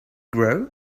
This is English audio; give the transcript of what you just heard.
grow